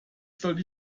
sollte